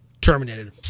terminated